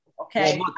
Okay